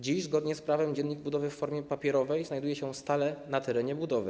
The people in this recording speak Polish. Dziś zgodnie z prawem dziennik budowy w formie papierowej znajduje się stale na terenie budowy.